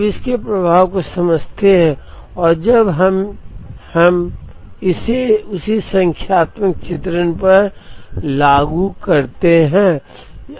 अब इसके प्रभाव को समझते हैं और जब हम इसे उसी संख्यात्मक चित्रण पर लागू करते हैं